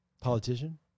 Politician